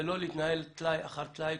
ולא להתנהל טלאי אחר טלאי,